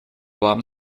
вам